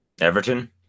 Everton